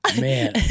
Man